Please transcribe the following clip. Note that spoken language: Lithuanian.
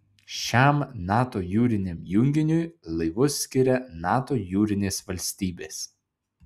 šiam nato jūriniam junginiui laivus skiria nato jūrinės valstybės